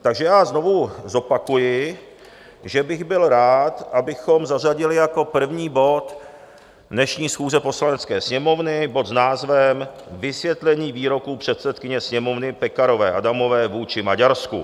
Takže já znovu zopakuji, že bych byl rád, abychom zařadili jako první bod dnešní schůze Poslanecké sněmovny bod s názvem Vysvětlení výroku předsedkyně Sněmovny Pekarové Adamové vůči Maďarsku.